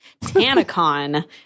TanaCon